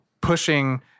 pushing